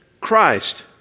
Christ